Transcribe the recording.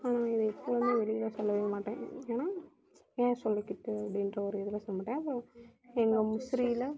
ஆனால் நான் இதை எப்பவுமே வெளியில் சொல்லவே மாட்டேன் ஏன்னால் ஏன் சொல்லிக்கிட்டு அப்படின்ற ஒரு இதில் சொல்ல மாட்டேன் அப்புறம் எங்கள் முசிறியில்